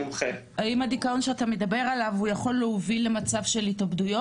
האם הדיכאון שאתה מדבר עליו הוא יכול להוביל למצב של התאבדויות?